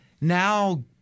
now